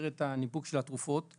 שרשרת הניפוק של התרופות.